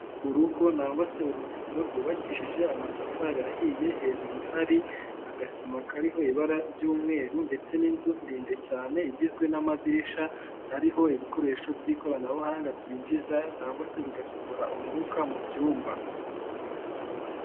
Urugo cyangwa se uruzitiro rwubakishije amatafari ahiye, hejuru hari agasima kariho ibara ry'umweru ndetse n'inzu ndende cyane igizwe n'amadirisha ariho ibikoresho by'ikoranabuhanga byinjiza nangwa se bigasohora umwuka mu byumba.